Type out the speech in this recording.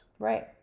Right